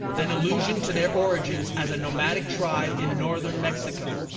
an allusion to their origins as a nomadic tribe in northern mexico.